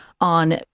on